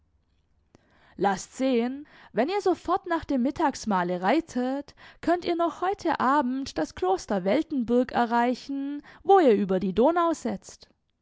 laßt sehen wenn ihr sofort nach dem mittagsmahle reitet könnt ihr noch heute abend das kloster weltenburg erreichen wo ihr über die donau setzt